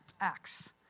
Acts